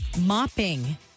mopping